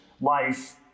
life